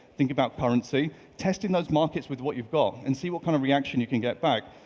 think about currency. testing those markets with what you've got and see what kind of reaction you can get back.